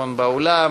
למיקרופון באולם